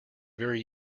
very